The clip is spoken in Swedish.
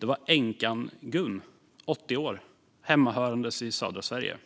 var änkan Gun, 80 år, hemmahörande i södra Sverige.